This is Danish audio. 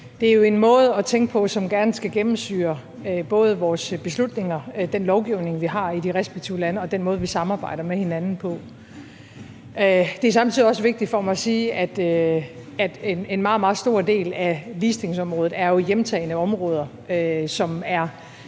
det er jo en måde at tænke på, som gerne skal gennemsyre både vores beslutninger, den lovgivning, vi har i de respektive lande, og den måde, vi samarbejder med hinanden på. Det er samtidig også vigtigt for mig at sige, at en meget, meget stor del af ligestillingsområdet jo er hjemtagne områder, som er